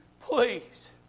please